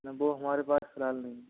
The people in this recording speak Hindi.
ना वो हमारे पास फिलहाल नहीं है